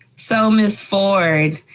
so miss ford,